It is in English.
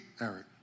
Eric